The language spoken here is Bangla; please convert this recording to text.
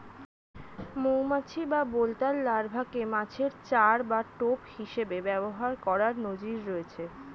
মৌমাছি বা বোলতার লার্ভাকে মাছের চার বা টোপ হিসেবে ব্যবহার করার নজির রয়েছে